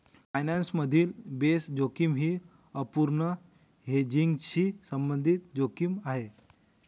finance मधील base जोखीम ही अपूर्ण हेजिंगशी संबंधित जोखीम आहे